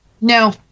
no